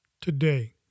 today